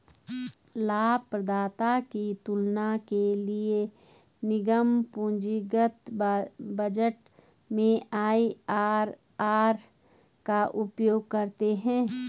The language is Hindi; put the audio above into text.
लाभप्रदाता की तुलना के लिए निगम पूंजीगत बजट में आई.आर.आर का उपयोग करते हैं